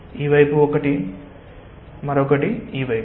ఈ వైపు ఒకటి మరొకటి ఈ వైపు